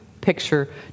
picture